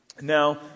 Now